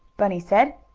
bunny said.